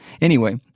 Anyway